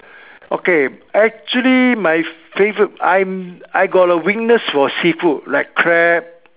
okay actually my favorite I I got a weakness for seafood like crab